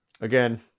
Again